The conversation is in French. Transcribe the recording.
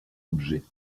objet